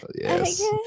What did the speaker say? Yes